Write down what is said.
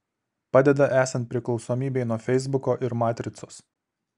padeda esant priklausomybei nuo feisbuko ir matricos